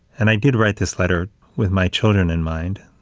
and i did write this letter with my children in mind,